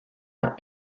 elle